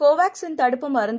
கோவாக்சின் தடுப்புப் மருந்து